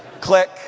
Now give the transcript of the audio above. Click